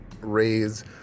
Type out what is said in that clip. raise